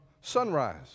sunrise